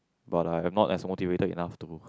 but I am not as motivated enough to go